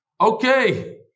Okay